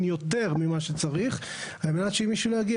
יותר ממה שצריך על מנת שאם מישהו לא יגיע,